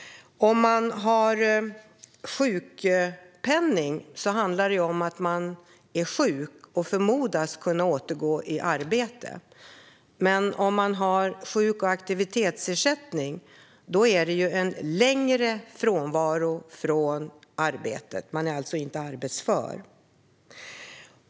Har man sjukpenning förmodas man snart kunna återgå i arbete, men har man sjukersättning eller aktivitetsersättning handlar det om en längre frånvaro från arbetet eftersom man inte är arbetsför.